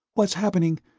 what's happening?